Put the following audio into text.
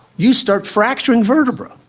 you start fracturing vertebrae.